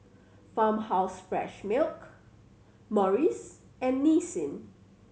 Farmhouse Fresh Milk Morries and Nissin